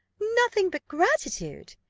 nothing but gratitude!